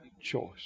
choice